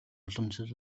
уламжлал